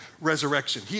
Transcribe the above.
resurrection